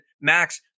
Max